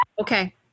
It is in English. Okay